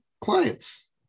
clients